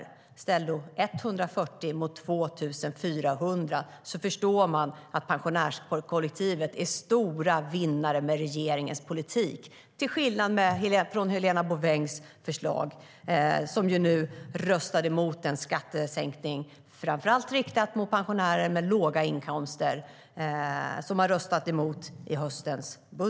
Om man ställer 150 miljoner mot 2 400 miljoner förstår man att pensionärskollektivet är en stor vinnare av regeringens politik - detta till skillnad från Helena Bouvengs förslag. Ni röstade i höstens budget emot en skattesänkning framför allt riktad mot pensionärer med låga inkomster.